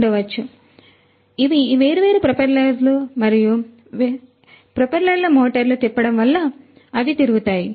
కాబట్టి ఇవి ఈ వేర్వేరు ప్రొపెల్లర్లు మరియు ఈ ప్రొపెల్లర్లు మోటార్లు తిప్పడం వల్ల అవి తిరుగుతాయి